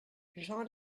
jean